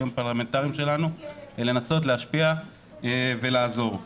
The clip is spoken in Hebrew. הפרלמנטריים שלנו ולנסות להשפיע ולעזור.